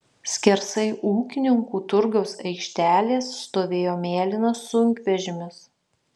skersai ūkininkų turgaus aikštelės stovėjo mėlynas sunkvežimis